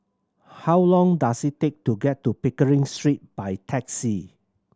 how long does it take to get to Pickering Street by taxi